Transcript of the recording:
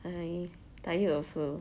tired also